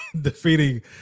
defeating